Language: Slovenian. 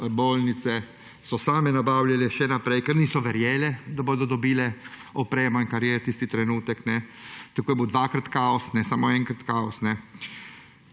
bolnice so same nabavljale še naprej, ker niso verjele, da bodo dobile opremo in kar je tisti trenutek. Tako je bil dvakrat kaos, ne samo enkrat kaos.